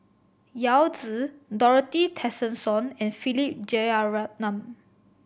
Yao Zi Dorothy Tessensohn and Philip Jeyaretnam